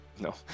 No